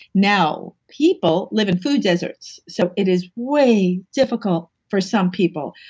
now, people live in food deserts, so it is way difficult for some people.